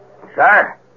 Sir